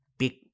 big